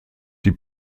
die